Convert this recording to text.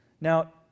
Now